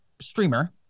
streamer